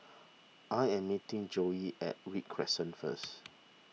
I am meeting Joey at Read Crescent first